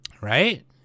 Right